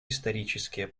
исторические